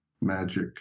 magic